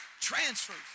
Transfers